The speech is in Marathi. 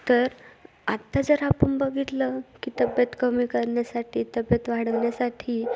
तर आत्ता जर आपण बघितलं की तब्बेत कमी करण्यासाठी तब्येत वाढवण्यासाठी